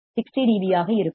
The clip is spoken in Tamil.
பியாக இருக்கும்